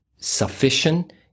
sufficient